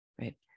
right